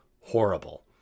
horrible